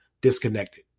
disconnected